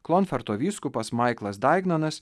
klonferto vyskupas maiklas daignanas